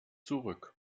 zurück